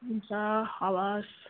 हुन्छ हवस्